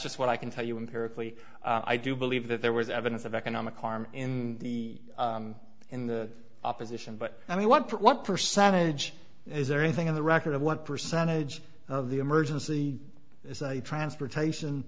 just what i can tell you i'm perfectly i do believe that there was evidence of economic harm in the in the opposition but i mean what percentage is there anything in the record of what percentage of the emergency transportation